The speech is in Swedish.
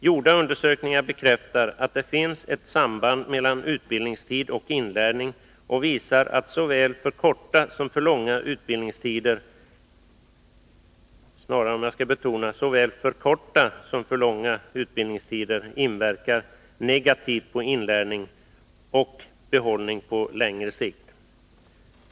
Gjorda undersökningar bekräftar, att det finns ett samband mellan utbildningstid och inlärning och visar att såväl för korta som för långa utbildningstider inverkar negativt på inlärning och behållning på längre sikt.